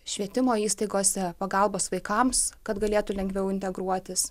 švietimo įstaigose pagalbos vaikams kad galėtų lengviau integruotis